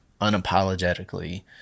unapologetically